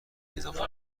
اضافه